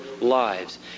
lives